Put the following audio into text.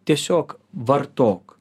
tiesiog vartok